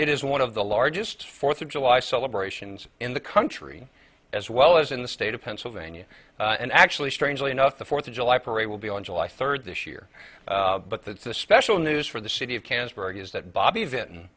it is one of the largest fourth of july celebrations in the country as well as in the state of pennsylvania and actually strangely enough the fourth of july parade will be on july third this year but that's a special news for the city of cannes where it is that bob